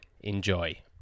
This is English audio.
enjoy